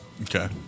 okay